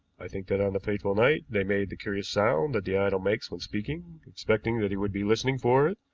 i think that on the fatal night they made the curious sound that the idol makes when speaking, expecting that he would be listening for it,